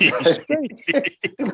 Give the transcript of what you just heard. Straight